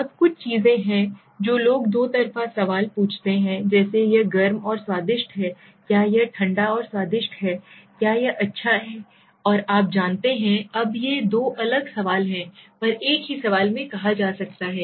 अब कुछ चीजें हैं जो लोग दोतरफा सवाल पूछते हैं जैसे यह गर्म और स्वादिष्ट है क्या यह ठंडा और स्वादिष्ट है क्या यह अच्छा है और आप जानते हैं अब ये दो अलग सवाल हैं पर एक ही सवाल में कहा जा रहा है